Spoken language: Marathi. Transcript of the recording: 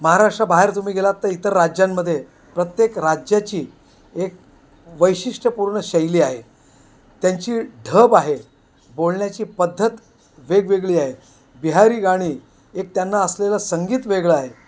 महाराष्ट्राबाहेर तुम्ही गेलात तर इतर राज्यांमध्ये प्रत्येक राज्याची एक वैशिष्ट्यपूर्ण शैली आहे त्यांची ढब आहे बोलण्याची पद्धत वेगवेगळी आहे बिहारी गाणी एक त्यांना असलेलं संगीत वेगळं आहे